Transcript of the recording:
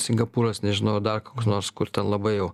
singapūras nežinau dar koks nors kur ten labai jau